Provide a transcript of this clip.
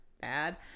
bad